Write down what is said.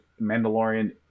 Mandalorian